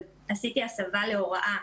עשיתי הסבה להוראה,